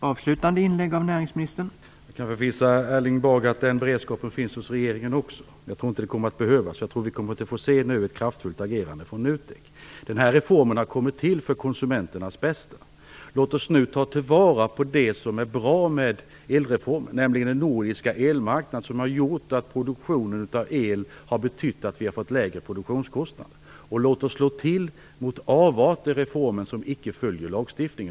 Herr talman! Jag kan säga till Erling Bager att även regeringen har den beredskapen, men jag tror inte att det kommer att behövas. Jag tror att vi kommer att få se ett kraftfullt agerande från NUTEK. Den här reformen har kommit till för konsumenternas bästa. Låt oss nu ta vara på det som är bra med elreformen, nämligen den nordiska elmarknaden, som gjort att vi har fått lägre produktionskostnader för el. Låt oss slå till mot avarter i reformen som inte följer lagen.